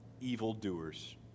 evildoers